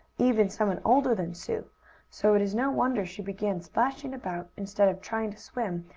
even someone older than sue so it is no wonder she began splashing about, instead of trying to swim,